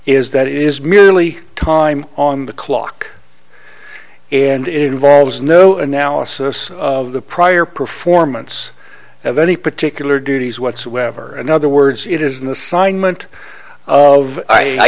is that it is merely time on the clock and it involves no analysis of the prior performance of any particular duties whatsoever in other words it is an assignment of i